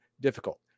difficult